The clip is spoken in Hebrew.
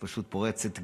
את פשוט פורצת גדרות,